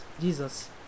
Jesus